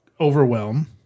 overwhelm